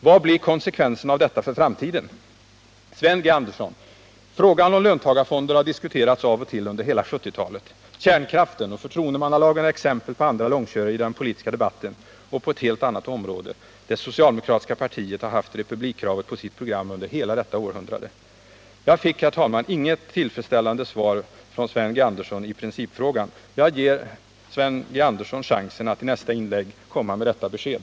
Vad blir konsekvensen av detta för framtiden? Sven G. Andersson! Frågan om löntagarfonder har diskuterats av och till under hela 1970-talet. Kärnkraften och förtroendemannalagen är exempel på andra långkörare i den politiska debatten på helt andra områden. Det socialdemokratiska partiet har haft republikkravet på sitt program under hela detta århundrade. Jag fick, herr talman, inget tillfredsställande svar från Sven G. Andersson i principfrågan. Jag ger honom chansen att i nästa inlägg komma med detta besked.